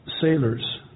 sailors